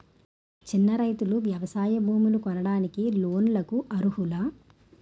చిన్న రైతులు వ్యవసాయ భూములు కొనడానికి లోన్ లకు అర్హులా?